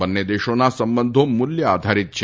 બંને દેશોના સંબંધો મૂલ્ય આધારિત છે